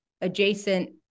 adjacent